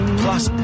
plus